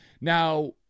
Now